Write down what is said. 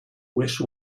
wish